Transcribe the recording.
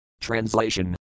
Translation